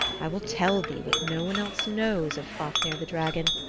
i will tell thee what no one else knows of fafnir the dragon.